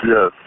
Yes